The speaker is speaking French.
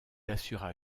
assura